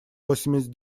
восемьдесят